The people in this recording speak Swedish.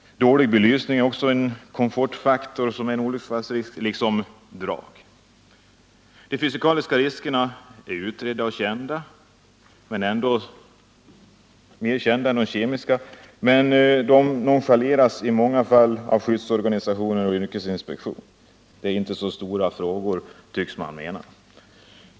Dålig belysning är också en komfortfaktor som utgör en olycksfallsrisk, liksom drag. De fysikaliska riskerna är utredda och mer kända än de kemiska, men de nonchaleras i många fall av skyddsorganisationer och yrkesinspektion —det är inte så stora problem, tycks man mena.